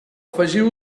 afegiu